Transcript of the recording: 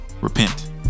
Repent